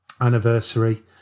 anniversary